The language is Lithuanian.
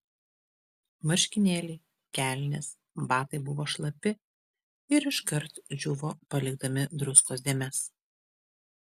marškinėliai kelnės batai buvo šlapi ir iškart džiūvo palikdami druskos dėmes